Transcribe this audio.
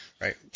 right